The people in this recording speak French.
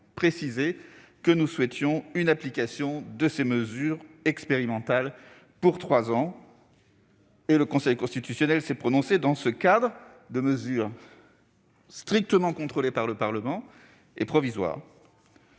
le souhait d'une application expérimentale pour trois ans, et le Conseil constitutionnel s'est prononcé dans ce cadre de mesures strictement contrôlées par le Parlement et provisoires.